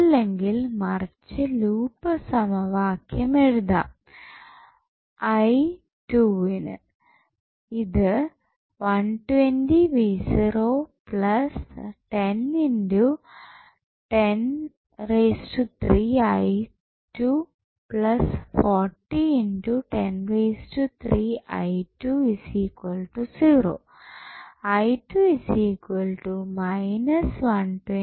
അല്ലെങ്കിൽ മറിച്ച് ലൂപ്പ് സമവാക്ക്യം എഴുതാം ന്